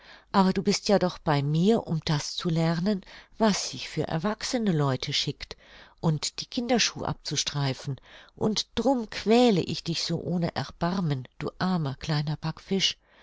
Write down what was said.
aber du bist ja doch bei mir um das zu lernen was sich für erwachsene leute schickt und die kinderschuh abzustreifen und drum quäle ich dich so ohne erbarmen du armer kleiner backfisch